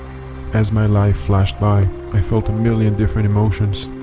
as my life flashed by i felt a million different emotions.